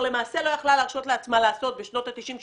לא יכלה להרשות לעצמה לעשות בשנות ה-90,